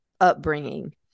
upbringing